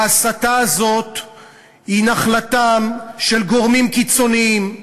ההסתה הזו היא נחלתם של גורמים קיצוניים,